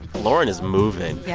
lauren is moving. yeah